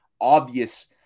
obvious